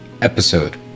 episode